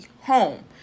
home